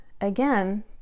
again